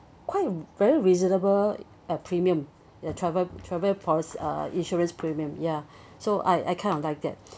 quite a very reasonable uh premium the travel travel poli~ uh insurance premium ya so I I kind of like that